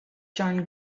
john